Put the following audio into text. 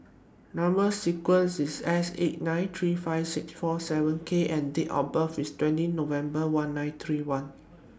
Number sequences IS S eight nine three five six four seven K and Date of birth IS twenty November one nine three one